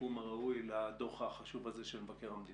הסיכום הראוי לדוח החשוב הזה של מבקר המדינה.